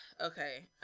Okay